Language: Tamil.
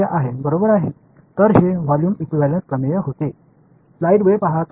எனவே இது வால்யூம் ஈகியூவேளன்ஸ் தேற்றமாக இருந்தது